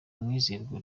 umwizerwa